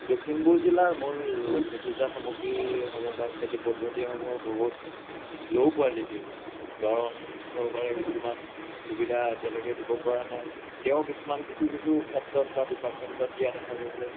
লখিমপুৰ জিলাৰ মূল কৃষিজাত সামগ্ৰীসমূহ বা কৃষি পদ্ধতিসমূহ বহুত ল' কুৱালিটীৰ কাৰণ চৰকাৰে কিছুমান সুবিধা এতিয়ালৈকে দিব পৰা নাই তেও কিছুমান কিছু কিছু ক্ষেত্ৰত বা ডিপাৰ্টমেণ্টত দিয়া দেখা গৈছে